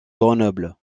grenoble